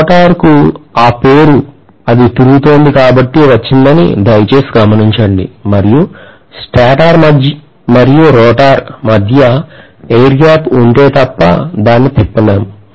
rotor కు ఆ పేరు అది తిరుగుతోంది కాబట్టి వచ్చిందని దయచేసి గమనించండి మరియు స్టేటర్ మరియు రోటర్ మధ్య air gap ఉంటే తప్ప దాన్ని తిప్పలేము